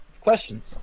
Questions